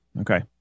okay